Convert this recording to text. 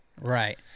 Right